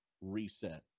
reset